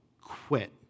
quit